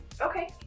okay